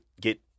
get